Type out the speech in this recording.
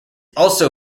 also